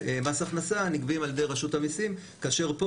ומס הכנסה נגבים על ידי רשות המיסים כאשר פה